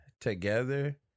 together